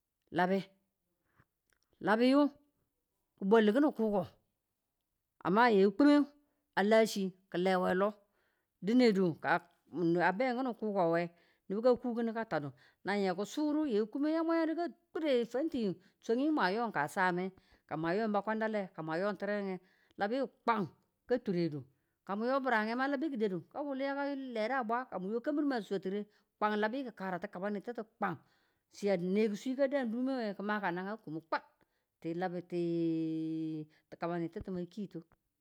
wu tare labe, labiyu ki̱ bwalu ki̱nin kuko a ma yi kumo a la chi ki̱ lewe lo dinedu ka a be ki̱nin kuko nge nubu ka ku kin ka tadu. naye ku sudu nge kumu yamayadu ka kurfwanti swayi mwa yon ka chamme, ka mwa youn ba kwandale nge, ka ng yon tire nye labi kwan ka turedu. ka ng yo bi̱ram me labi ki̱ dadu ka wul lo ya ka leda a bwa ka ng yo kamburu ma swati ye kwan labi ki̱ karadu ti̱kabanitu kwan. chi a ne kuswi ka dan kum we ki̱ ma ka nagang kumu kwan we ti ti̱kabanitu ma ki̱n tu.